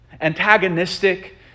Antagonistic